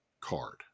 card